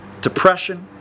depression